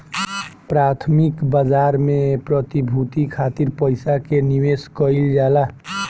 प्राथमिक बाजार में प्रतिभूति खातिर पईसा के निवेश कईल जाला